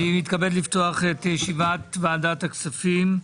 אני מתכבד לפתוח את ישיבת ועדת הכספים.